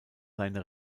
seine